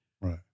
right